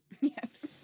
Yes